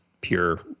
pure